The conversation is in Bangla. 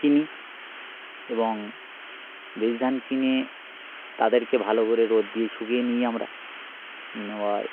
কিনি এবং বীজ ধান কিনে তাদেরকে ভালো করে রোদ দিয়ে শুকিয়ে নিই আমরা